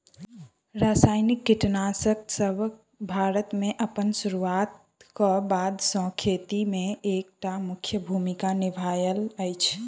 रासायनिक कीटनासकसब भारत मे अप्पन सुरुआत क बाद सँ खेती मे एक टा मुख्य भूमिका निभायल अछि